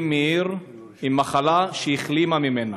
מאיר עם מחלה שהיא החלימה ממנה,